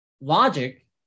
logic